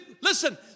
listen